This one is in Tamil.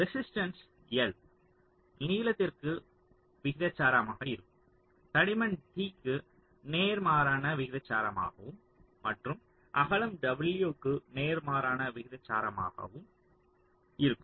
ரெசிஸ்டன்ஸ் எல் நீளத்திற்கு விகிதாசாரமாக இருக்கும் தடிமன் t க்கு நேர்மாறான விகிதாசாரமாகவும் மற்றும் அகலம் w க்கு நேர்மாறான விகிதாசாரமாகவும் இருக்கும்